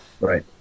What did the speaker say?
Right